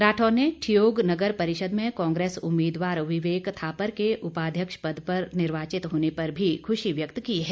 राठौर ने ठियोग नगर परिषद में कांग्रेस उम्मीदवार विवेक थापर के उपाध्यक्ष पद पर निर्वाचित होने पर भी खुशी व्यक्त की है